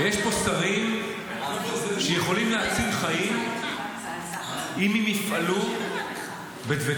ויש פה שרים שיכולים להציל חיים אם הם יפעלו בדבקות,